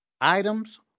items